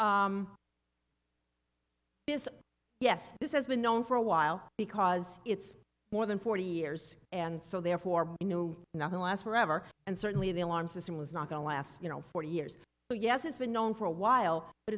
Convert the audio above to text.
this yes this has been known for a while because it's more than forty years and so therefore you know nothing last forever and certainly the alarm system is not going to last you know forty years but yes it's been known for a while but